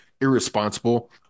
irresponsible